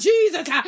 Jesus